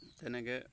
তেনেকৈ